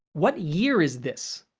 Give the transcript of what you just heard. what year is this?